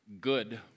good